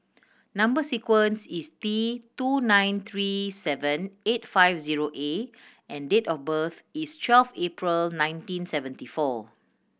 number sequence is T two nine three seven eight five zero A and date of birth is twelve April nineteen seventy four